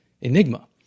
enigma